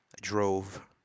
drove